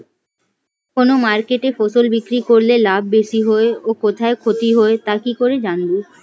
কোন মার্কেটে ফসল বিক্রি করলে লাভ বেশি হয় ও কোথায় ক্ষতি হয় তা কি করে জানবো?